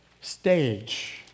stage